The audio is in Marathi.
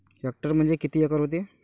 हेक्टर म्हणजे किती एकर व्हते?